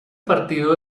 partido